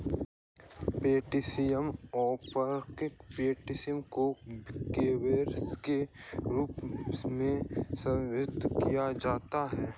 potassium उर्वरक potash को केबीस के रूप में संदर्भित किया जाता है